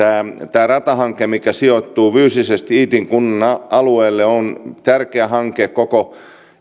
tämä ratahanke mikä sijoittuu fyysisesti iitin kunnan alueelle on tärkeä hanke koko